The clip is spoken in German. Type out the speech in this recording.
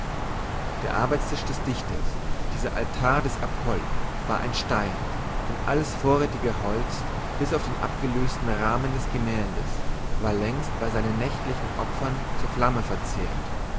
der arbeitstisch des dichters dieser altar des apoll war ein stein denn alles vorräthige holz bis auf den abgelöseten rahmen des gemäldes war längst bei seinen nächtlichen opfern zur flamme verzehrt